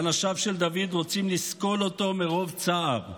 ואנשיו של דוד רוצים לסקול אותו מרוב צער.